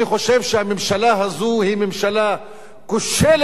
אני חושב שהממשלה הזו היא ממשלה כושלת,